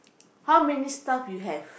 how many staff you have